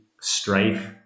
strife